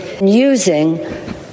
using